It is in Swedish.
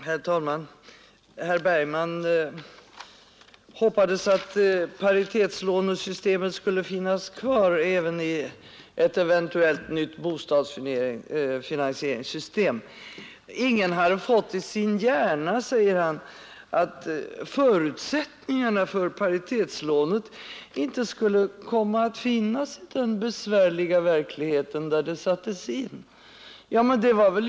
Herr talman! Herr Bergman hoppades att paritetslånesystemet skulle finnas kvar även i ett eventuellt nytt bostadsfinansieringssystem. Ingen hade fått i sin hjärna. säger han, att förutsättningarna för paritetslånet inte skulle komma att finnas i den besvärliga verklighet där det sattes in. Ja. herr Bergman.